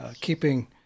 keeping